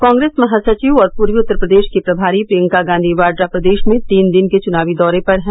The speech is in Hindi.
कांग्रेस महासचिव और पूर्वी उत्तर प्रदेश की प्रभारी प्रियंका गांधी वाड्रा प्रदेश में तीन दिन के चुनावी दौरे पर हैं